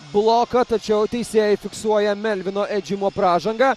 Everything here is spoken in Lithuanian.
bloką tačiau teisėjai fiksuoja melvino edžimo pražangą